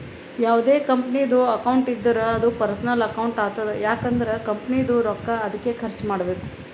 ಯಾವ್ದೇ ಕಂಪನಿದು ಅಕೌಂಟ್ ಇದ್ದೂರ ಅದೂ ಪರ್ಸನಲ್ ಅಕೌಂಟ್ ಆತುದ್ ಯಾಕ್ ಅಂದುರ್ ಕಂಪನಿದು ರೊಕ್ಕಾ ಅದ್ಕೆ ಖರ್ಚ ಮಾಡ್ಬೇಕು